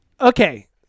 Okay